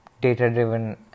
data-driven